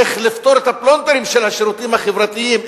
איך לפתור את הפלונטרים של השירותים החברתיים,